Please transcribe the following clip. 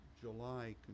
July